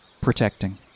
protecting